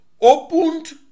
opened